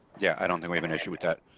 yeah, i don't think we have an issue with that.